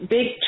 Big